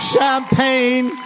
Champagne